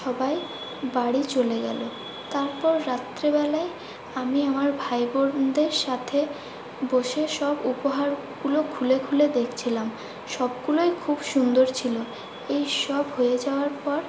সবাই বাড়ি চলে গেলো তারপর রাত্রেবেলাই আমি আমার ভাই বোনদের সাথে বসে সব উপহারগুলো খুলে খুলে দেখছিলাম সবগুলোই খুব সুন্দর ছিলো এই সব হয়ে যাওয়ার পর